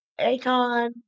Akon